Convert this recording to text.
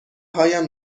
هایم